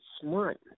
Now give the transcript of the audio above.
smart